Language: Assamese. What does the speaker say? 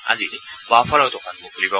আজি বাওঁফালৰ দোকানসমূহ খুলিব